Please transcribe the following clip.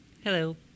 Hello